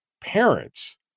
parents